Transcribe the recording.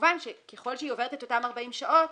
וכמובן שככל שהיא עוברת את אותן 40 שעות,